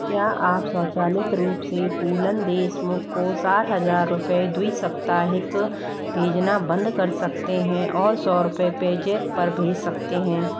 क्या आप स्वचालित रूप से फूलन देशमुख को साठ हज़ार रुपये द्वि साप्ताहिक भेजना बंद कर सकते हैं और सौ रुपये पेजैप पर भेज सकते हैं